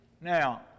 Now